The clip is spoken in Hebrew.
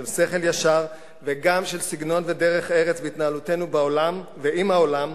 של שכל ישר וגם של סגנון ודרך ארץ בהתנהלותנו בעולם ועם העולם,